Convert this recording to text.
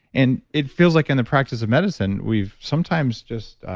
and it feels like in the practice of medicine, we've sometimes just,